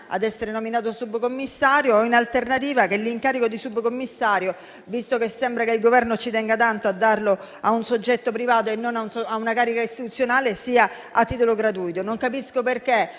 a essere nominato subcommissario o, in alternativa, che l'incarico di subcommissario, visto che sembra che il Governo ci tenga tanto a darlo a un soggetto privato e non a una carica istituzionale, sia a titolo gratuito. Non capisco perché